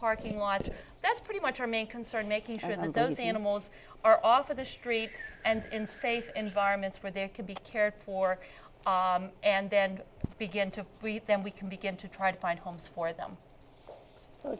parking lot that's pretty much our main concern making trees and those animals are off of the streets and in safe environments where there can be cared for and then begin to weep then we can begin to try to find homes for them